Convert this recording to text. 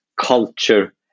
culture